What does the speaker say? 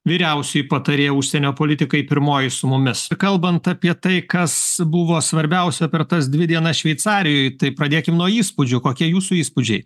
vyriausioji patarėja užsienio politikai pirmoji su mumis kalbant apie tai kas buvo svarbiausia per tas dvi dienas šveicarijoj tai pradėkim nuo įspūdžių kokie jūsų įspūdžiai